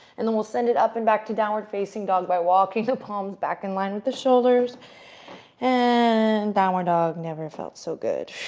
and then we'll send it up and back to downward facing dog by walking the palms back in line with the shoulders and downward dog never felt so good.